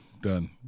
done